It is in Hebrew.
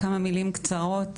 כמה מילים קצרות,